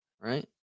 right